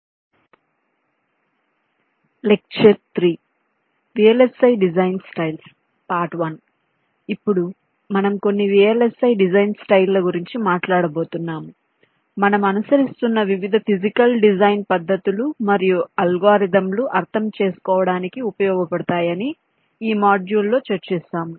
కాబట్టి ఇప్పుడు మనం కొన్ని VLSI డిజైన్ స్టైల్ ల గురించి మాట్లాడబోతున్నాము మనము అనుసరిస్తున్న వివిధ ఫిజికల్ డిజైన్ పద్ధతులు మరియు అల్గోరిథం లు అర్థం చేసుకోవడానికి ఉపయోగపడతాయి అని ఈ మాడ్యూల్లో చర్చిసాము